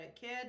kid